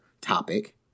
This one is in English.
topic